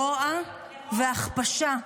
רוע והכפשה.